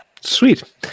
Sweet